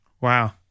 Wow